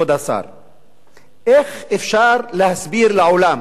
איך אפשר להסביר לעולם